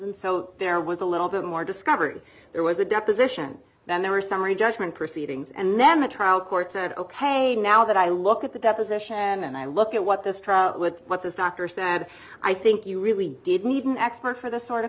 and so there was a little bit more discovery there was a deposition then there were summary judgment proceedings and then the trial court said ok now that i look at the deposition and i look at what this trial with what this doctor said i think you really did need an expert for the sort of